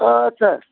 अच्छा